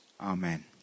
Amen